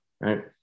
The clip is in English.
right